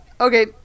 okay